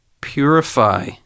purify